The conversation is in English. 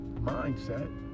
mindset